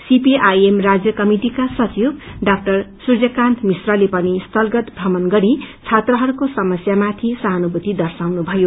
CPIM राज्य कमिटिका सचिव डा सूर्यकान्त मिश्राले पनि स्थलगत प्रमण गरी छात्रहस्को समस्यामाथि सहानुभूति दर्शाउनुभयो